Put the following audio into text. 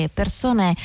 persone